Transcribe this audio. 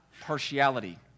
partiality